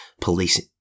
police